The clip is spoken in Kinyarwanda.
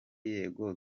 yego